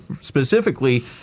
specifically